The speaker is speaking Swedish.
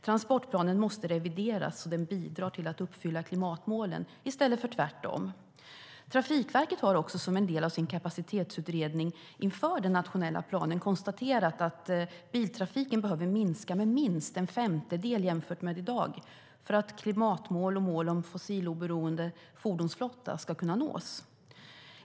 Transportplanen måste revideras så att den bidrar till att uppfylla klimatmålen i stället för tvärtom. Trafikverket har också som en del av sin kapacitetsutredning inför den nationella planen konstaterat att biltrafiken behöver minska med minst en femtedel jämfört med i dag för att klimatmål och mål om fossiloberoende fordonsflotta ska nås.